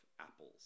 Apples